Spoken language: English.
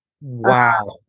Wow